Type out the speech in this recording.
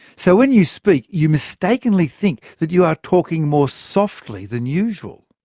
so when you speak, you mistakenly think that you are talking more softly than usual.